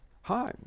Hi